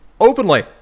Openly